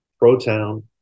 pro-town